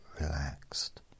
relaxed